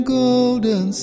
golden